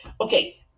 Okay